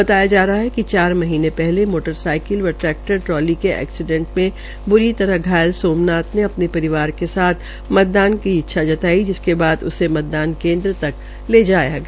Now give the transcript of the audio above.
बताया जा रहा है कि चार महीने पहले माष्टर साईकिल व ट्रैक्टर ट्राली में एक्सीडेट में ब्री तरह घायल सामनाथ अपने परिवार के साथ मतदान की इच्छा जताई जिसके बाद उसे मतदान केन्द्र तक लाया गया